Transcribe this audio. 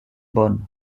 bonnes